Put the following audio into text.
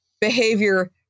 behavior